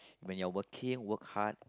when you are working work hard